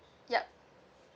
yup